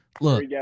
look